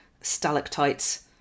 stalactites